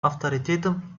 авторитетом